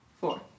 Four